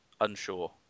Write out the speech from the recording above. Unsure